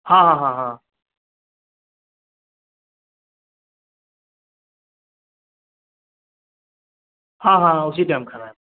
ہاں ہاں ہاں ہاں ہاں ہاں ہاں اسی ٹائم کھانا ہے